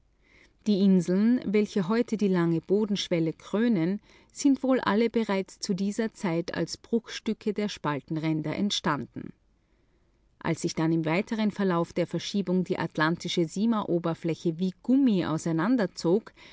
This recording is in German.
die inseln welche heute die lange bodenschwelle krönen sind wohl alle bereits zu dieser zeit als bruchstücke der spaltenränder entstanden was natürlich nicht hindert daß ihr sichtbarer aufbau ganz vulkanisch sein kann als sich dann im weiteren verlauf der verschiebung die atlantische simaoberfläche wie gummi auseinanderzog